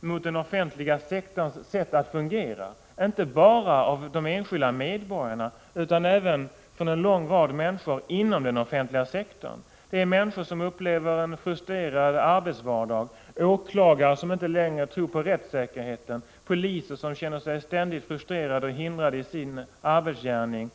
mot den offentliga sektorns sätt att fungera, inte bara av de enskilda medborgarna utan även av en lång rad människor inom den offentliga sektorn. Det är människor som upplever en frustrerande arbetsvardag, åklagare som inte längre tror på rättssäkerheten, poliser som känner sig ständigt frustrerade och hindrade i sin arbetsgärning.